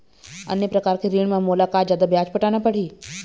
अन्य प्रकार के ऋण म मोला का जादा ब्याज पटाना पड़ही?